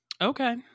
okay